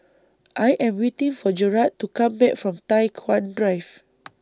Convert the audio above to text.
I Am waiting For Jarrad to Come Back from Tai Hwan Drive